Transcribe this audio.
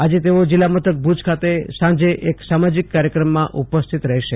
આજે તેઓ જિલ્લા મથક ભુજ ખાતે સાંજે એક સામાજિક કાર્યક્રમમાં ઉપસ્થિત રહેશે